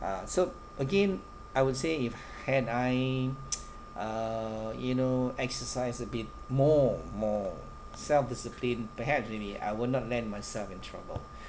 ah so again I would say if had I uh you know exercise a bit more more self discipline perhaps maybe I will not land myself in trouble